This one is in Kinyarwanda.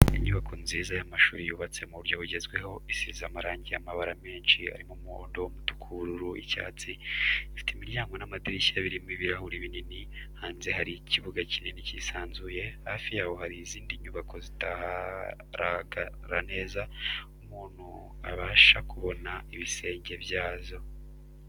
Inyubako nziza y'amashuri yubatse mu buryo bugezweho, isize amarangi y'amabara menshi arimo umuhondo, umutuku, ubururu, icyatsi, ifite imiryango n'amadirishya birimo ibirahuri binini, hanze hari ikibuga kinini kisanzuye, hafi yaho hari izindi nyubako zitaharagara neza umuntu abasha kubona ibisenge byazo.